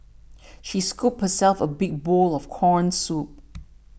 she scooped herself a big bowl of Corn Soup